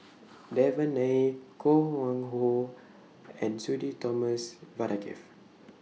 Devan Nair Koh Nguang How and Sudhir Thomas Vadaketh